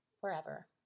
forever